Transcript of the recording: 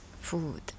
food